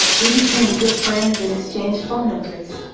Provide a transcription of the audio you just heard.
we became good friends and exchanged phone numbers.